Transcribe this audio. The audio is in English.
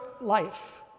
life